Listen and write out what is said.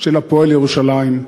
של "הפועל ירושלים",